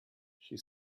she